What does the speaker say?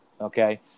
Okay